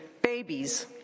babies